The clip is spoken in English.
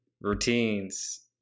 routines